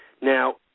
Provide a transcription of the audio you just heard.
Now